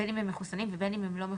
בין אם הם מחוסנים ובין אם הם לא מחוסנים.